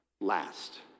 Last